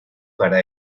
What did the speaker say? para